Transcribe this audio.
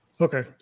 Okay